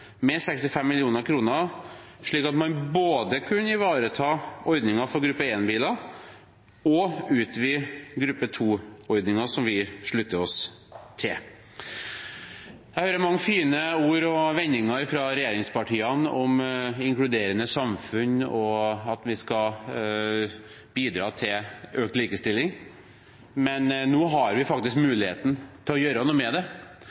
med 65 mill. kr, slik at man både kunne ivareta ordningen for gruppe 1-biler og utvide gruppe 2-ordningen, som vi slutter oss til. Jeg hører mange fine ord og vendinger fra regjeringspartiene om et inkluderende samfunn og at vi skal bidra til økt likestilling. Nå har vi faktisk muligheten til å gjøre noe med det,